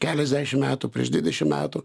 keliasdešim metų prieš dvidešim metų